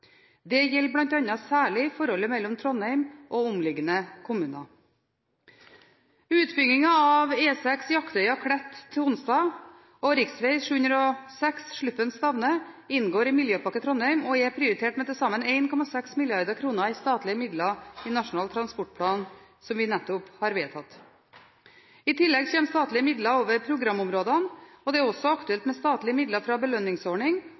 Det gjelder bl.a. særlig forholdet mellom Trondheim og omliggende kommuner. Utbyggingen av E6 Jaktøya–Klett–Tonstad og rv. 706 Sluppen–Stavne inngår i Miljøpakke Trondheim og er prioritert med til sammen 1,6 mrd. kr i statlige midler i Nasjonal transportplan, som vi nettopp har behandlet. I tillegg kommer statlige midler over programområdene, og det er også aktuelt med statlige midler fra